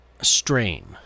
strain